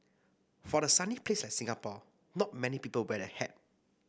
for a sunny place like Singapore not many people wear a hat